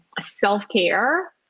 Self-care